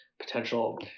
potential